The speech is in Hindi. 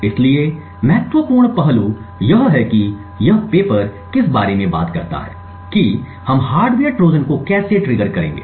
इसलिए महत्वपूर्ण पहलू यह है कि यह पेपर किस बारे में बात करता है कि हम हार्डवेयर ट्रोजन को कैसे ट्रिगर करेंगे